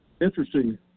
interesting